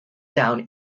down